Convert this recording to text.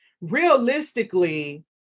realistically